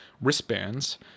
wristbands